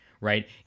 right